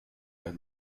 let